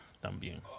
también